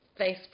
Facebook